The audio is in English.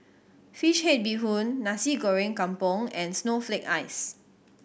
fish head bee hoon Nasi Goreng Kampung and snowflake ice